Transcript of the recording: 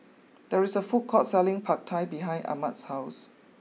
there is a food court selling Pad Thai behind Ahmed's house